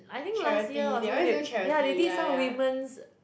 I think last year or something they ya they did some women's